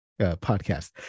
podcast